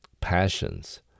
passions